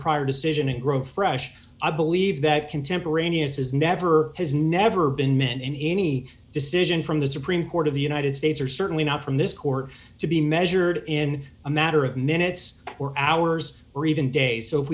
prior decision and grow fresh i believe that contemporaneous is never has never been men and any decision from the supreme court of the united states are certainly not from this court to be measured in a matter of minutes or hours or even days so if